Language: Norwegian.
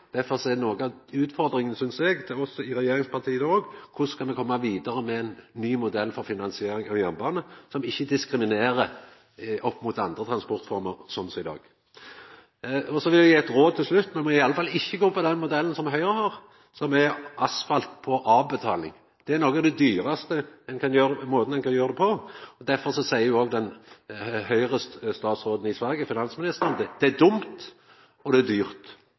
Derfor er noka av utfordringa, synest eg – til regjeringspartia òg: Korleis skal me komma vidare med ein ny modell for finansiering av jernbanen som ikkje blir diskriminert opp mot andre transportformer, sånn som i dag? Så vil eg gje eit råd til slutt: Me må i alle fall ikkje gå inn for den modellen som Høgre har, som er asfalt på avbetaling. Det er den dyraste måten ein kan gjera det på. Derfor seier også høgre-statsråden, finansministeren, i Sverige at det er dumt, og det er dyrt